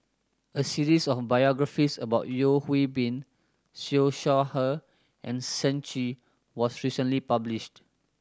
a series of biographies about Yeo Hwee Bin Siew Shaw Her and Shen Chi was recently published